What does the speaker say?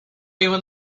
even